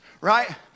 right